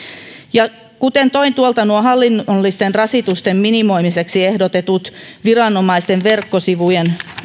ja kun toin nuo hallinnollisten rasitusten minimoimiseksi ehdotetut viranomaisten verkkosivut